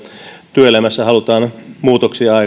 työelämässä halutaan muutoksia